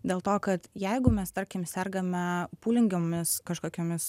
dėl to kad jeigu mes tarkim sergame pūlingomis kažkokiomis